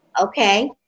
Okay